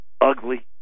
ugly